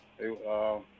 Hey